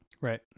Right